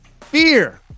Fear